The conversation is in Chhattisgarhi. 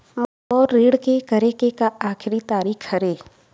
मोर ऋण के करे के आखिरी तारीक का हरे?